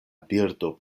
birdo